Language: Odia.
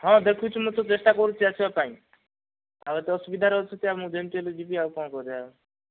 ହଁ ଦେଖୁଛି ମୁଁ ତ ଚେଷ୍ଟା କରୁଛି ଆସିବା ପାଇଁ ଆଉ ତ ଅସୁବିଧାରେ ଅଛନ୍ତି ମୁଁ ଯେମିତି ହେଲେ ଯିବି ଆଉ କଣ କରିବା